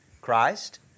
Christ